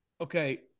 okay